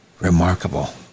Remarkable